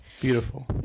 Beautiful